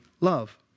love